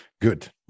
Good